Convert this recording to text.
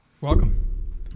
Welcome